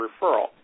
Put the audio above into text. referral